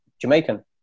Jamaican